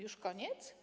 Już koniec?